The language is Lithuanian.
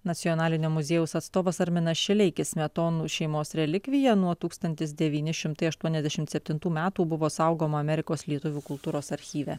nacionalinio muziejaus atstovas arminas šileikis smetonų šeimos relikvija nuo tūkstantis devyni šimtai aštuoniasdešimt septintų metų buvo saugoma amerikos lietuvių kultūros archyve